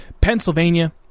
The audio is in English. Pennsylvania